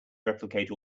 replicate